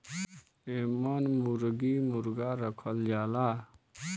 एमन मुरगी मुरगा रखल जाला